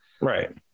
Right